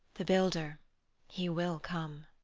the builder he will come.